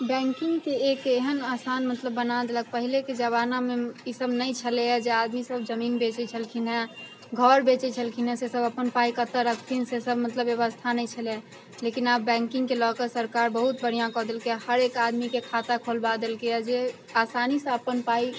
बैंकिंगके एक एहेन आसान मतलब बना देलक पहिलेके जमानामे इसभ नहि छेँलै है जे आदमी सभ जमीन बेचै छलखिन हेँ घर बेचै छलखिन हेँ से सभ अपन पाइ कतौ रखथिन से सभ मतलब व्यवस्था नहि छेलै लेकिन आब बैंकिंगके लऽके सरकार बहुत बढ़िऑं कऽ देलके है हरेक आदमीके खाता खोलबा देलकै है जे आसानी से अपन पाइ